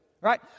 right